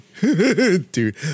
dude